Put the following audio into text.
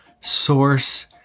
source